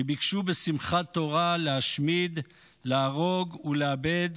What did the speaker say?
שביקשו בשמחת תורה להשמיד, להרוג ולאבד